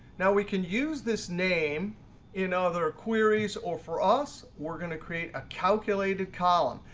now we can use this name in other queries, or for us, we're going to create a calculated column.